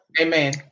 Amen